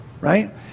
Right